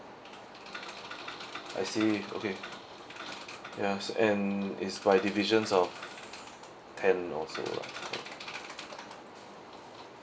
I see okay ya and is by divisions of ten or so lah